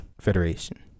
federation